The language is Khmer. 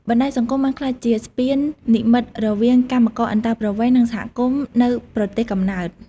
បណ្តាញសង្គមបានក្លាយជាស្ពាននិម្មិតរវាងកម្មករអន្តោប្រវេស៍ និងសហគមន៍នៅប្រទេសកំណើត។